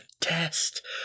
test